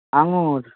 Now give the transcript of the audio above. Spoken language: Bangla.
আঙুর